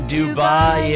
Dubai